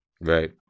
Right